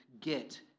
get